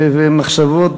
ומחשבות,